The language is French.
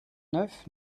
neuf